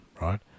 right